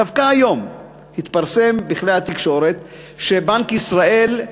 דווקא היום התפרסם בכלי התקשורת שבנק ישראל,